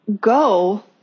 go